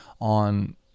on